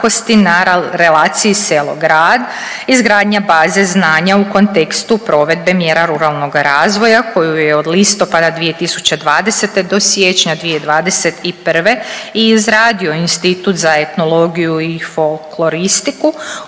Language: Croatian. na relaciji selo grad, izgradnja baze znanja u kontekstu provedbe mjera ruralnoga razvoja koju je od listopada 2020. do siječnja 2021. i izradio Institut za etnologiju i folkloristiku.